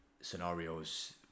scenarios